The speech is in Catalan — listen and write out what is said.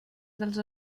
dels